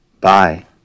Bye